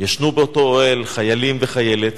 ישנו באותו אוהל, חיילים וחיילת,